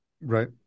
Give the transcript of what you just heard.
Right